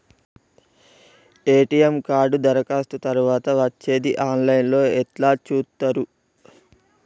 ATM card దరఖాస్తు తరువాత వచ్చేది ఆన్ లైన్ లో ఎట్ల చూత్తరు?